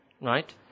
Right